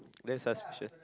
that's suspicious